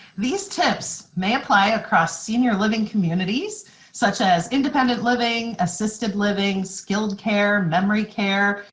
these tips may apply across senior living communities such as independent living, assisted living, skilled care, memory care,